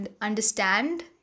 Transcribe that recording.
understand